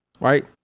Right